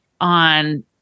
on